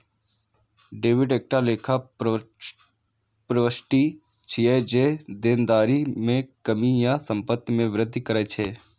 debit एकटा लेखा प्रवृष्टि छियै, जे देनदारी मे कमी या संपत्ति मे वृद्धि करै छै